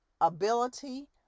ability